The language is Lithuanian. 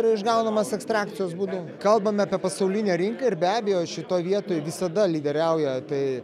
yra išgaunamas ekstrakcijos būdu kalbame apie pasaulinę rinką ir be abejo šitoj vietoj visada lyderiauja tai